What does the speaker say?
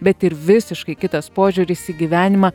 bet ir visiškai kitas požiūris į gyvenimą